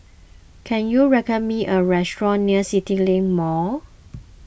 can you recommend me a restaurant near CityLink Mall